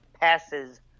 passes